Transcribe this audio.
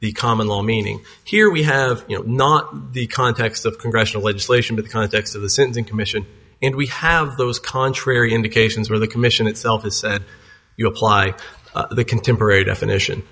the common law meaning here we have you know not the context of congressional legislation to the context of the sentencing commission and we have those contrary indications where the commission itself has said you apply the contemporary definition